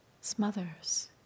smothers